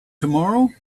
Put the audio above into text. tomorrow